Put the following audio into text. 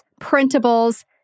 printables